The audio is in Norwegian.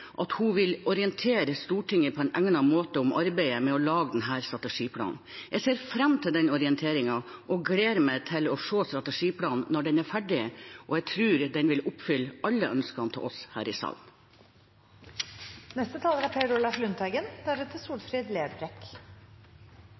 at hun vil orientere Stortinget på egnet måte om arbeidet med å lage denne strategiplanen. Jeg ser fram til den orienteringen og gleder meg til å se strategiplanen når den er ferdig. Jeg tror den vil oppfylle alle ønskene vi her i